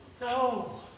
No